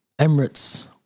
Emirates